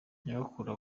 nyogokuru